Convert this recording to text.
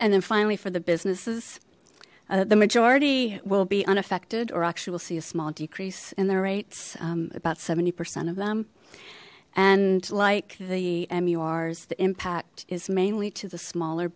and then finally for the businesses the majority will be unaffected or actually will see a small decrease in their rates about seventy percent of them and like the mu ours the impact is mainly to the smaller